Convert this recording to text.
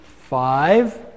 five